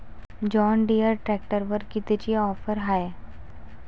John Deere ट्रॅक्टरवर कितीची offer हाये?